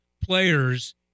players